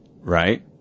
Right